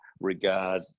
regard